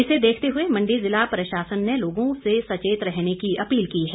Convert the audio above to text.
इसे देखते हुए मंडी ज़िला प्रशासन ने लोगों से सचेत रहने की अपील की है